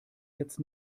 jetzt